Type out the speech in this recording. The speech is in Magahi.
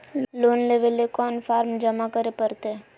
लोन लेवे ले कोन कोन फॉर्म जमा करे परते?